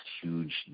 huge